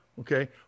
okay